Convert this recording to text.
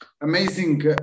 amazing